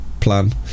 plan